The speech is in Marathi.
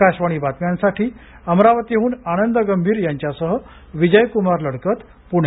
आकाशवाणी बातम्यांसाठी अमरावतीहून आनंद गंभीरसह विजयक्मार लडकत पूणे